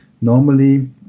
normally